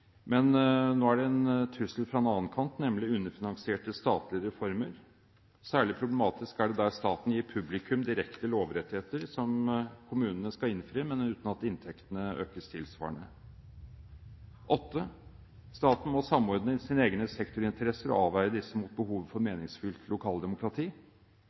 Men nå er det en trussel fra en annen kant, nemlig underfinansierte statlige reformer. Særlig problematisk er det der staten gir publikum direkte lovrettigheter som kommunene skal innfri, uten at inntektene økes tilsvarende. Staten må samordne sine egne sektorinteresser og avveie disse mot behovet for et meningsfylt lokaldemokrati.